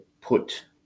put